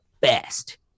best